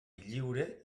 lliure